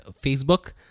Facebook